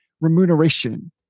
remuneration